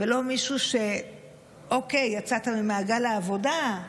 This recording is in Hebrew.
ולא מישהו שאוקיי, יצאת ממעגל העבודה,